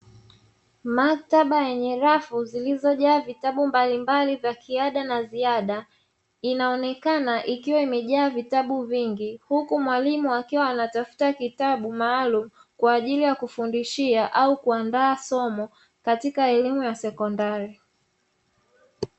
Maktaba yenye rafu zilizojaa vitabu mbalimbali za kiada na ziada, inaonekana ikiwa imejaa vitabu vingi huku mwalimu akiwa anatafuta kitabu maalumu kwa ajili ya kufundishia au kuandaa somo katika elimu ya sekondari.